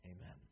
Amen